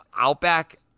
Outback